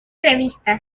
revistas